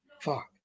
Fuck